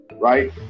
right